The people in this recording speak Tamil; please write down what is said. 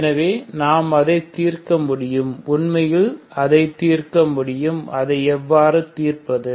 எனவே நாம் அதை தீர்க்க முடியும் உண்மையில் அதை தீர்க்க முடியும் அதை எவ்வாறு தீர்ப்பது